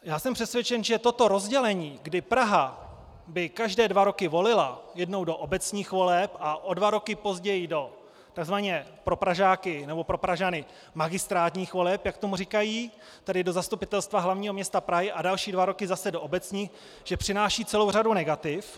Já jsem přesvědčen, že toto rozdělení, kdy Praha by každé dva roky volila, jednou do obecních voleb a o dva roky později do tzv. pro Pražany magistrátních voleb, jak tomu říkají, tedy do Zastupitelstva hl. m. Prahy, a další dva roky zase do obecních, přináší celou řadu negativ.